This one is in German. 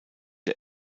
der